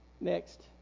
Next